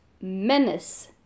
Menace